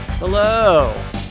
Hello